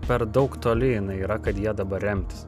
per daug toli jinai yra kad ja dabar remtis